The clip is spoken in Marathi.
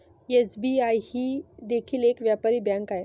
एस.बी.आई ही देखील एक व्यापारी बँक आहे